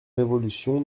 révolution